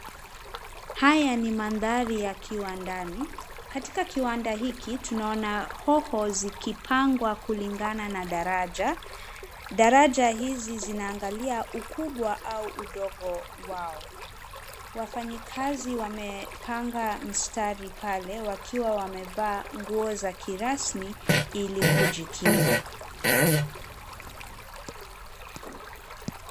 Haya ni mandhari ya kiwandani. Katika kiwanda hiki tunaona hoho zikipangwa kulingana na daraja. Daraja hizi zinaangalia ukubwa au udogo wao. Wafanyikazi wamepanga mstari pale wakiwa wamevaa nguo za kirasmi ili kujikinga.